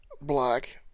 black